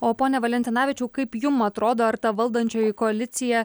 o pone valentinavičiau kaip jum atrodo ar ta valdančioji koalicija